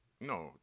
No